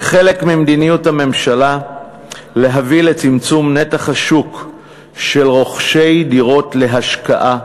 כחלק ממדיניות הממשלה להביא לצמצום נתח השוק של רוכשי דירות להשקעה,